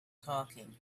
talking